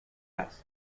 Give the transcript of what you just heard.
asked